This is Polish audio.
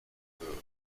twoją